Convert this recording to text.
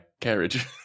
carriage